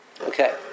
Okay